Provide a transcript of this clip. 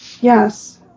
Yes